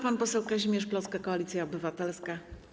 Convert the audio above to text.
Pan poseł Kazimierz Plocke, Koalicja Obywatelska.